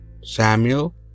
Samuel